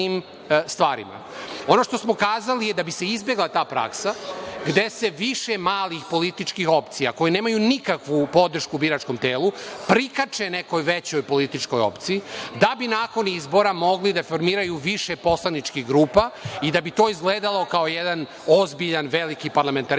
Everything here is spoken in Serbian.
što smo kazali da bi se izbegla ta praksa, gde se više malih političkih opcija koje nemaju nikakvu podršku u biračkom telu prikače nekoj većoj političkoj opciji, da bi nakon izbora mogli da formiraju više poslaničkih grupa i da bi to izgledalo kao jedan ozbiljan, veliki parlamentarizam,